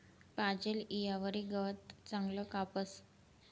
पाजेल ईयावरी गवत चांगलं कापास